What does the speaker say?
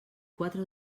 quatre